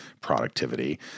productivity